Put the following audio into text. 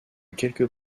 quelques